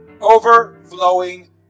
overflowing